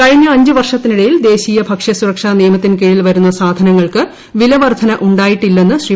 കഴിഞ്ഞ അഞ്ച് വർഷത്തിനിടയിൽ ദേശീയ ഭക്ഷ്യസുരക്ഷാ നിയമത്തിൻ കീഴിൽവരുന്ന സാധനങ്ങൾക്ക് വില വർദ്ധന ഉണ്ടായിട്ടില്ലെന്ന് ശ്രീ